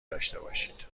داشتهباشید